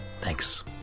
Thanks